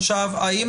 עכשיו, האם